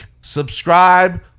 subscribe